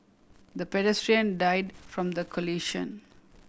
the pedestrian died from the collision